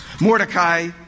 Mordecai